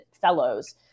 fellows